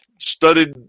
studied